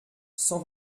cent